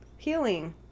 healing